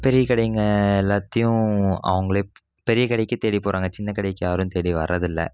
பெரிய கடைங்க எல்லாத்தையும் அவங்களே பெரிய கடைக்கு தேடி போகிறாங்க சின்ன கடைக்கு யாரும் தேடி வரதில்லை